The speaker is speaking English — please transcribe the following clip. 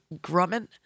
Grumman